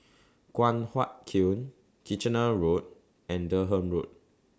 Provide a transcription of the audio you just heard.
Guan Huat Kiln Kitchener Road and Durham Road